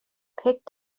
picked